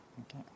Okay